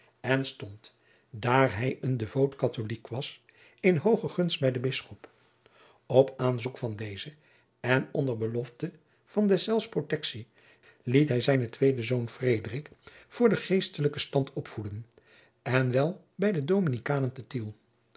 en stond daar hij een devoot katholiek was in hooge gunst bij den bisschop op aanzoek van dezen en onder belofte van deszelfs protectie liet hij zijnen tweeden zoon frederik voor den geestelijken stand opvoeden en wel bij de dominikanen te tiel